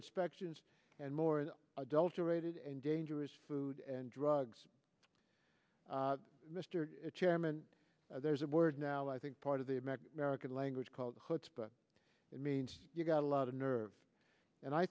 inspections and more adulterated and dangerous food and drugs mr chairman there's a word now i think part of the american merican language called hurts but it means you've got a lot of nerve and i